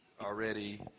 already